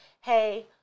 hey